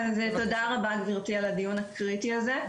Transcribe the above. תודה רבה גברתי על הדיון הקריטי הזה.